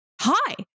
Hi